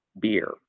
beer